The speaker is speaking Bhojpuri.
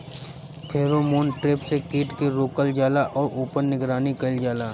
फेरोमोन ट्रैप से कीट के रोकल जाला और ऊपर निगरानी कइल जाला?